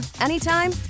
anytime